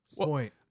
Point